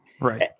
Right